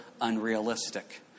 unrealistic